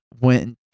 went